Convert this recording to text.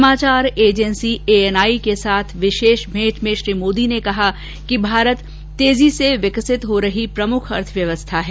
समाचार agency A N I के साथ विशेष भेंट में श्री मोदी ने कहा कि भारत तेजी से विकसित हो रही प्रमुख अर्थव्यवस्था है